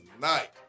tonight